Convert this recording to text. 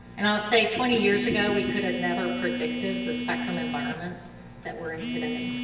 and i'll say, twenty years ago, we could have never predicted the spectrum environment that we are in today,